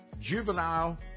juvenile